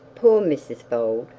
poor mrs bold,